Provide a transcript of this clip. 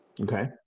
Okay